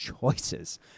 choices